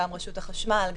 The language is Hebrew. רשות החשמל,